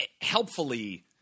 helpfully